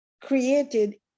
created